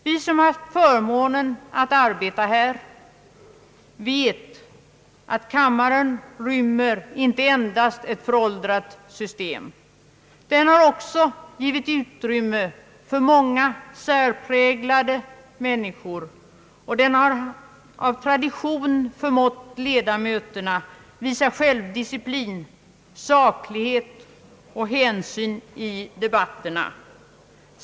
Vi som haft förmånen att arbeta här vet att kammaren rymmer inte endast ett föråldrat system — den har också givit utrymme för många särpräglade människor, och den har av tradition förmått ledamöterna att visa självdisciplin, saklighet och hänsyn i debatterna.